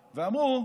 ואמרו: